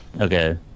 Okay